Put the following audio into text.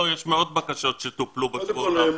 לא, יש מאות בקשות שטופלו בשבועיים האחרונים.